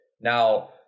Now